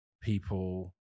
people